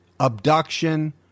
abduction